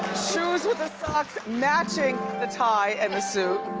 shoes with the socks matching the tie and the suit.